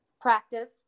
practice